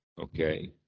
Okay